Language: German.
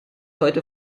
heute